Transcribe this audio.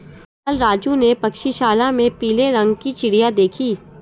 कल राजू ने पक्षीशाला में पीले रंग की चिड़िया देखी